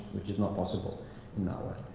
which is not possible in nahuatl.